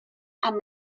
amb